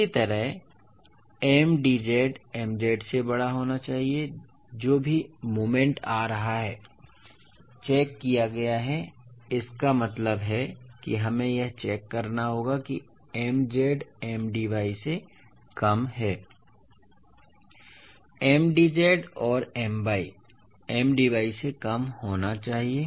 इसी तरह Mdz Mz से बड़ा होना चाहिए जो भी मोमेंट आ रहा है ठीक है चेक किया गया है इसका मतलब है कि हमें यह चेक करना होगा कि Mz Mdy से कम है Mdz और My Mdy से कम होना चाहिए